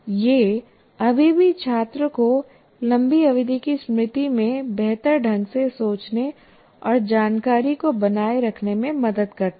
यह अभी भी छात्र को लंबी अवधि की स्मृति में बेहतर ढंग से सोचने और जानकारी को बनाए रखने में मदद करता है